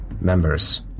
members